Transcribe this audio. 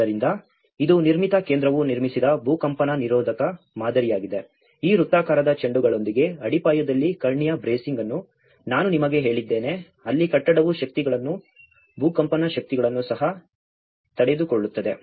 ಆದ್ದರಿಂದ ಇದು ನಿರ್ಮಿತಿ ಕೇಂದ್ರವು ನಿರ್ಮಿಸಿದ ಭೂಕಂಪನ ನಿರೋಧಕ ಮಾದರಿಯಾಗಿದೆ ಈ ವೃತ್ತಾಕಾರದ ಚೆಂಡುಗಳೊಂದಿಗೆ ಅಡಿಪಾಯದಲ್ಲಿ ಕರ್ಣೀಯ ಬ್ರೇಸಿಂಗ್ ಅನ್ನು ನಾನು ನಿಮಗೆ ಹೇಳಿದ್ದೇನೆ ಅಲ್ಲಿ ಕಟ್ಟಡವು ಶಕ್ತಿಗಳನ್ನು ಭೂಕಂಪನ ಶಕ್ತಿಗಳನ್ನು ಸಹ ತಡೆದುಕೊಳ್ಳುತ್ತದೆ